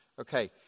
Okay